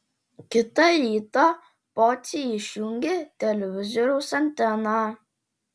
kitą rytą pociai išjungė televizoriaus anteną